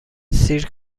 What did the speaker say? سیر